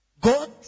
God